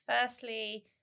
firstly